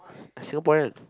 I Singaporean